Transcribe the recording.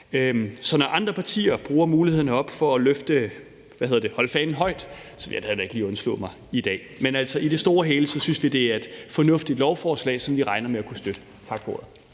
Så når andre partier bruger muligheden ved at stå heroppe til at holde fanen højt, vil jeg da heller ikke holde mig tilbage i dag. Men i det store hele synes vi, det er et fornuftigt lovforslag, som vi regner med at kunne støtte. Tak for ordet.